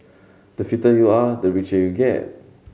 the fitter you are the richer you get